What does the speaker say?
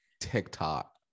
TikTok